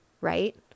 right